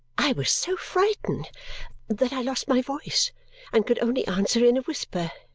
i was so frightened that i lost my voice and could only answer in a whisper,